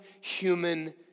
human